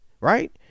Right